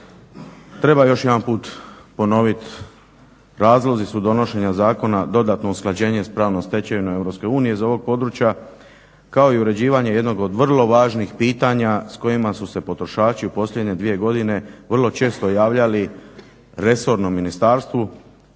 Treba još jedanput ponoviti razlozi su donošenja zakona dodatno usklađenje s pravnom stečevinom Europske unije iz ovog područja kao i uređivanje jednog od vrlo važnih pitanja s kojima su se potrošači u posljednje dvije godine vrlo često javljali resornom ministarstvu